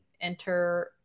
enter